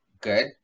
good